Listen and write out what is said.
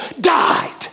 died